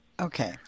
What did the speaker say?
Okay